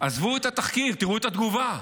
עזבו את התחקיר, תראו את התגובה.